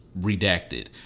redacted